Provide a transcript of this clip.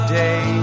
day